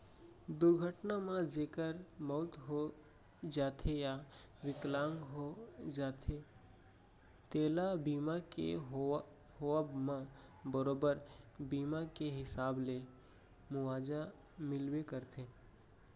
दुरघटना म जेकर मउत हो जाथे या बिकलांग हो जाथें तेला बीमा के होवब म बरोबर बीमा के हिसाब ले मुवाजा मिलबे करथे